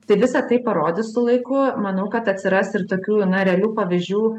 tai visa tai parodys su laiku manau kad atsiras ir tokių na realių pavyzdžių